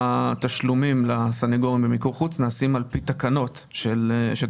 התשלומים לסניגורים במיקור חוץ נעשים על פי תקנות שתוקנו.